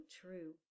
true